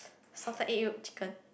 salted egg yolk chicken